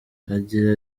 agira